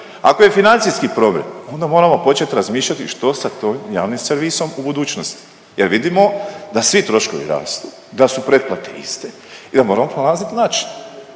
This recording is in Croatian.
Ako je financijski problem onda moramo početi razmišljati što sa tim javnim servisom u budućnosti, jer vidimo da svi troškovi rastu, da su pretplate iste i da moramo pronalazit način.